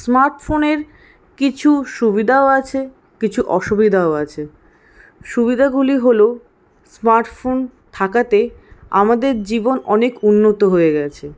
স্মার্টফোনের কিছু সুবিধাও আছে কিছু অসুবিধাও আছে সুবিধাগুলি হল স্মার্টফোন থাকাতে আমাদের জীবন অনেক উন্নত হয়ে গেছে